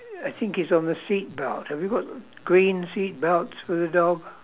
I think is on the seat belt have you got green seat belts for the dog